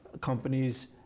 companies